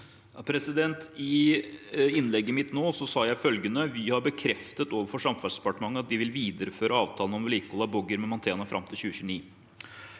I innlegget mitt nå sa jeg følgende: «Vy har bekreftet overfor Samferdselsdepartementet at de vil videreføre avtalen om vedlikehold av boggier med Mantena fram til 2029.»